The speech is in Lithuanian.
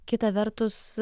kita vertus